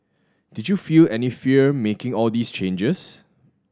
did you feel any fear making all these changes